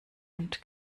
und